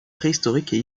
préhistoriques